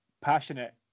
passionate